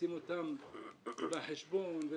זה